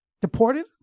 deported